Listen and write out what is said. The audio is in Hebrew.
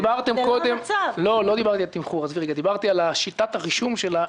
קודם על הנושא באריאל בעזרת-השם ב-1 בינואר